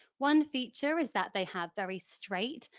one feature is that they have very straight,